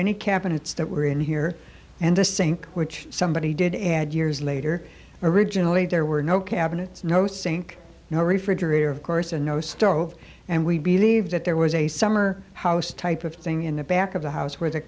any cabinets that were in here and the sink which somebody did add years later originally there were no cabinets no sink no refrigerator of course and no starve and we believe that there was a summer house type of thing in the back of the house where the